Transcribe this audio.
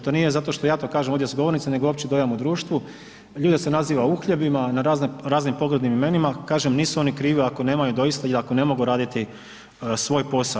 To nije zato što je to kažem ovdje s govornice nego je opći dojam u društvu, ljude se naziva uhljebima na, raznim pogrdnim imenima, kažem nisu oni krivi ako nemaju doista i ako ne mogu raditi svoj posao.